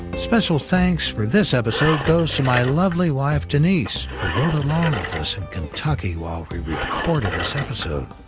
special thanks for this episode goes to my lovely wife, denise, who rode along with us in kentucky while we recorded this episode.